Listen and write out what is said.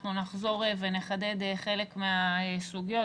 אנחנו נחזור ונחדד חלק מהסוגיות,